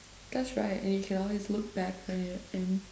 because right and you can always look back on it and